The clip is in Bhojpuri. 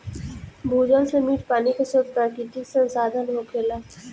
भूजल से मीठ पानी के स्रोत प्राकृतिक संसाधन होखेला